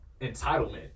entitlement